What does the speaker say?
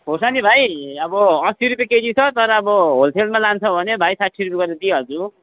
खोर्सानी भाइ अब असी रुपियाँ केजी छ तर अब होलसेलमा लान्छौ भने भाइ साठी रुपियाँ गरेर दिइहल्छु